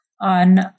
on